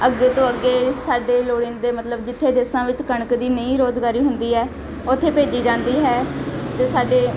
ਅੱਗੇ ਤੋਂ ਅੱਗੇ ਸਾਡੇ ਲੋੜੀਂਦੇ ਮਤਲਬ ਜਿੱਥੇ ਦੇਸ਼ਾਂ ਵਿੱਚ ਕਣਕ ਦੀ ਨਹੀਂ ਰੁਜ਼ਗਾਰੀ ਹੁੰਦੀ ਹੈ ਉੱਥੇ ਭੇਜੀ ਜਾਂਦੀ ਹੈ ਅਤੇ ਸਾਡੇ